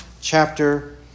chapter